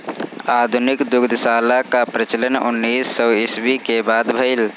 आधुनिक दुग्धशाला कअ प्रचलन उन्नीस सौ ईस्वी के बाद भइल